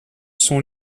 sont